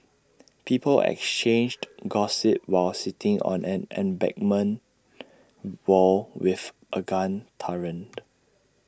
people exchanged gossip while sitting on an embankment wall with A gun turret